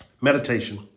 meditation